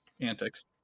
antics